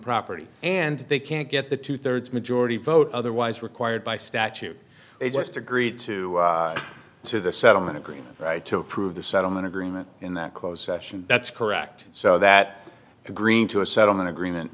property and they can't get the two thirds majority vote otherwise required by statute they just agreed to to the settlement agreement to approve the settlement agreement in that close session that's correct so that agreeing to a settlement agreement